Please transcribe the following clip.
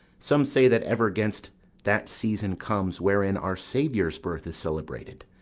some say that ever gainst that season comes wherein our saviour's birth is celebrated,